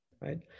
right